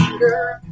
girl